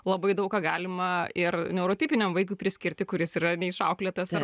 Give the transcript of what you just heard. labai daug ką galima ir neurotipiniam vaikui priskirti kuris yra neišauklėtas ar